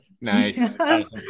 Nice